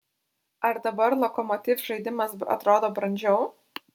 ar dabar lokomotiv žaidimas atrodo brandžiau